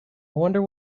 wonder